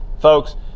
folks